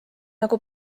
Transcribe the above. nagu